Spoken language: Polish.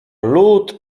lód